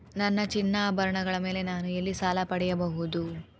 ನನ್ನ ಚಿನ್ನಾಭರಣಗಳ ಮೇಲೆ ನಾನು ಎಲ್ಲಿ ಸಾಲ ಪಡೆಯಬಹುದು?